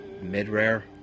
mid-rare